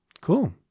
Cool